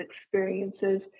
experiences